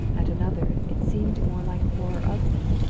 at another, it seemed more like horror of me.